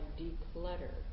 declutter